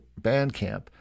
Bandcamp